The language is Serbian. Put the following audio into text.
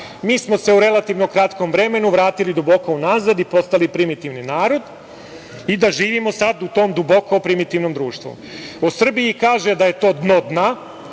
mi smo se u relativno kratkom vremenu vratili duboko unazad i postali primitivni narod i da živimo sad u tom duboko primitivnom društvu. O Srbiji kaže da je to dno dna.